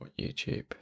YouTube